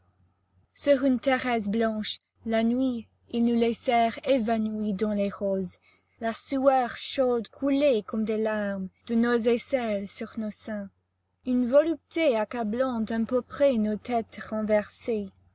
sur une terrasse blanche la nuit ils nous laissèrent évanouies dans les roses la sueur chaude coulait comme des larmes de nos aisselles sur nos seins une volupté accablante empourprait nos têtes renversées